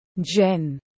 Jen